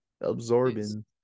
Absorbing